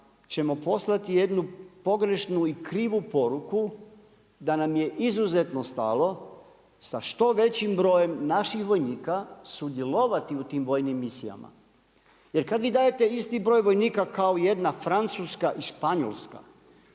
ćemo poslati jednu pogrešnu i krivu poruku, da nam je izuzetno stalo, sa što većim brojim naših vojnika sudjelovati u tim vojnim misijama. Jer kad vi dajete isti broj vojnika kao jedna Francuska i Španjolska,